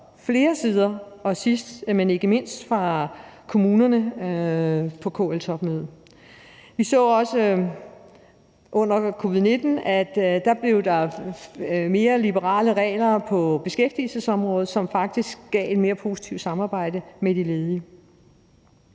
flere sider – sidst, men ikke mindst, fra kommunerne på KL-topmødet. Vi så også under covid-19, at der blev lavet mere liberale regler på beskæftigelsesområdet, som faktisk gav et mere positivt samarbejde med de ledige.